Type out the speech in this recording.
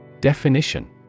Definition